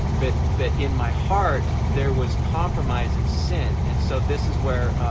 but but in my heart there was compromise and sin and so this is where